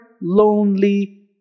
lonely